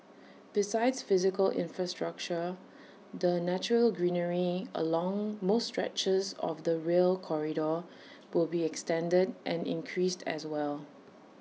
besides physical infrastructure the natural greenery along most stretches of the rail corridor will be extended and increased as well